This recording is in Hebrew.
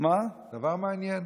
דבר מעניין.